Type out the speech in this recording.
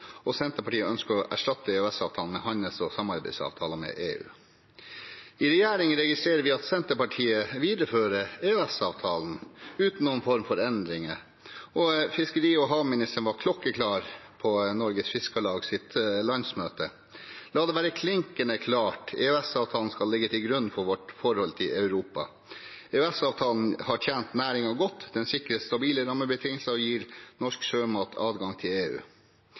og at Senterpartiet ønsker å erstatte EØS-avtalen med handels- og samarbeidsavtaler med EU. I regjering registrerer vi at Senterpartiet viderefører EØS-avtalen uten noen form for endringer, og fiskeri- og havministeren var klokkeklar på Norges Fiskarlags landsmøte: «La det være klinkende klart: EØS-avtalen skal ligge til grunn for vårt forhold til Europa.» EØS-avtalen har tjent næringen godt, den sikrer stabile rammebetingelser og gir norsk sjømat adgang til EU.